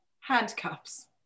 handcuffs